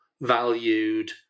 valued